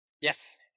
Yes